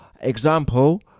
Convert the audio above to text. example